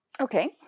Okay